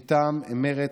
מטעם מרצ,